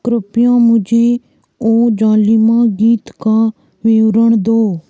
कृपया मुझे ओ ज़ालिमा गीत का विवरण दो